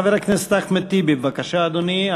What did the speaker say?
חבר הכנסת אחמד טיבי, בבקשה, אדוני.